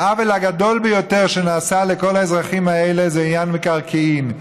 העוול הגדול ביותר שנעשה לכל האזרחים האלה זה עניין המקרקעין.